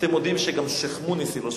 אתם מודים שגם שיח'-מוניס לא שלכם.